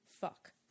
fuck